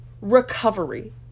recovery